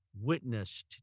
witnessed